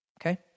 Okay